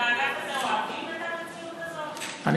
שבאגף הזה אוהבים את המציאות הזאת?